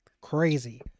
Crazy